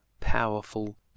powerful